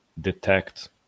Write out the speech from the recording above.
detect